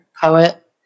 poet